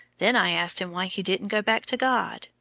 then i asked him why he didn't go back to god,